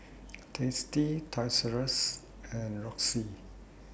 tasty Toys R US and Roxy